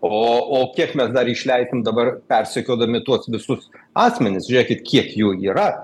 o o kiek mes dar išleisim dabar persekiodami tuos visus asmenis žiūrėkit kiek jų yra